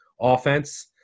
offense